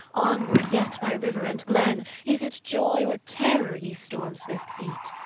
onward yet by river and glen. is it joy or terror, ye storm-swift feet.